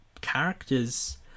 characters